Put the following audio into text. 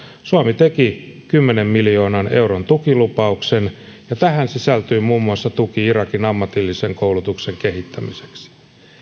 suomi teki kymmenen miljoonan euron tukilupauksen ja tähän sisältyy muun muassa tuki irakin ammatillisen koulutuksen kehittämiseksi